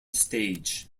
stage